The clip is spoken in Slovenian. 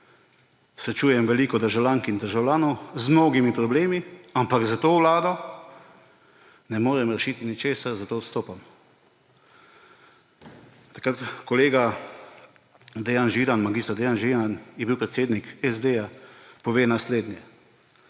srečujem veliko državljank in državljanov z mnogimi problemi, ampak s to vlado ne morem rešiti ničesar, zato odstopam. Takrat kolega mag. Dejan Židan, ki je bil predsednik SD, pove naslednje: